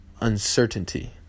uncertainty